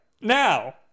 Now